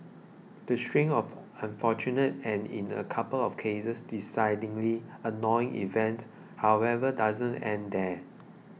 the string of unfortunate and in a couple of cases decidingly annoying events however doesn't end there